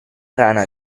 rana